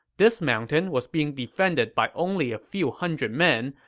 this mountain was being defended by only a few hundred men,